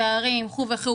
תארים וכו' וכו',